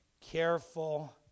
careful